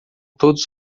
todos